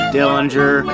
Dillinger